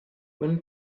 when